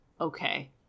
okay